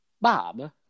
Bob